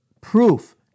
proof